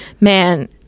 Man